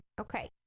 Okay